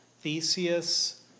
Theseus